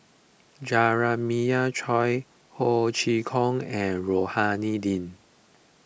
Jeremiah Choy Ho Chee Kong and Rohani Din